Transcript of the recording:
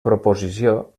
proposició